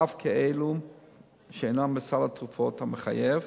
ואף כאלה שאינם בסל התרופות המחייב,